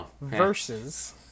versus